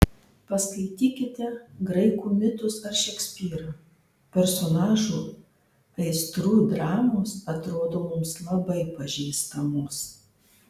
paskaitykite graikų mitus ar šekspyrą personažų aistrų dramos atrodo mums labai pažįstamos